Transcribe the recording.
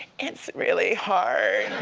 it's really hard.